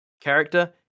character